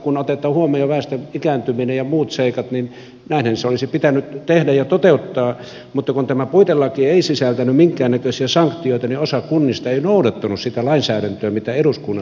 kun otetaan huomioon väestön ikääntyminen ja muut seikat niin näinhän se olisi pitänyt tehdä ja toteuttaa mutta kun tämä puitelaki ei sisältänyt minkäännäköisiä sanktioita niin osa kunnista ei noudattanut sitä lainsäädäntöä mitä eduskunnassa säädettiin